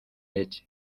leche